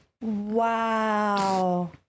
Wow